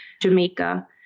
Jamaica